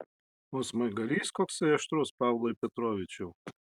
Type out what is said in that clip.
o smaigalys koksai aštrus pavlai petrovičiau